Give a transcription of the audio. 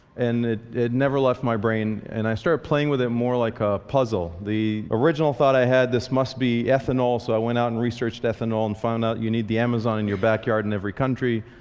and it never left my brain. and i started playing with it more like a puzzle. the original thought i had this must be ethanol. so i went out and researched ethanol, and found out you need the amazon in your backyard in every country.